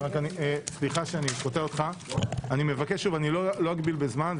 לא אגביל בזמן,